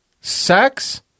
Sex